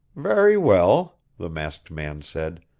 very well, the masked man said.